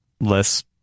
less